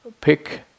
pick